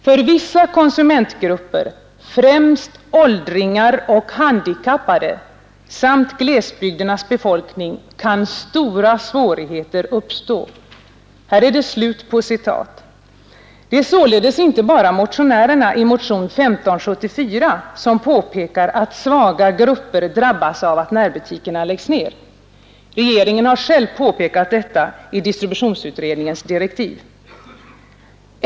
För vissa konsumentgrupper, främst åldringar och handikappade samt glesbygdernas befolkning, kan stora svårigheter uppstå.” Det är således inte bara motionärerna i motionen 1574 som påpekar att svaga grupper drabbas av att närbutikerna läggs ner. Regeringen har själv påpekat detta i distributionsutredningens direktiv.